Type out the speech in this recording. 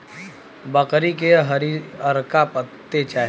बकरी के हरिअरका पत्ते चाही